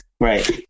Right